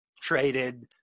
traded